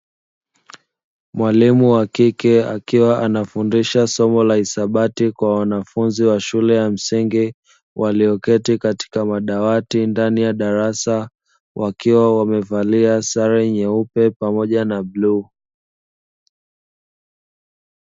Mwalimu wa kike akiwa anafundisha somo la hisabati kwa wanafunzi wa shule ya msingi, walioketi katika madawati ndani ya darasa wakiwa wamevalia sare nyeupe pamoja na bluu.